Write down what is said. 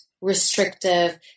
restrictive